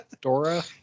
Dora